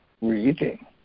reading